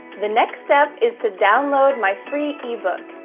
the next step is to download my free ebook,